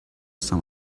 some